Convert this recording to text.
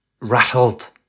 rattled